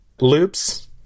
loops